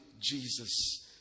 Jesus